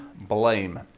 blame